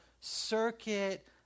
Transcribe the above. circuit